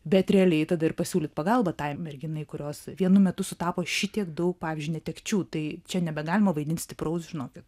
bet realiai tada ir pasiūlyt pagalbą tai merginai kurios vienu metu sutapo šitiek daug pavyzdžiui netekčių tai čia nebegalima vaidint stipraus žinokit